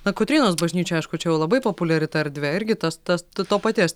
na kotrynos bažnyčia aišku čia jau labai populiari ta erdvė irgi tas tas to paties